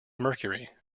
mercury